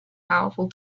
powerful